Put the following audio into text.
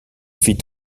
fit